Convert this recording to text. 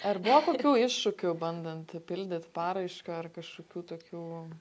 ar buvo kokių iššūkių bandant pildyt paraišką ar kažkokių tokių